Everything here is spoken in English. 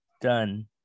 done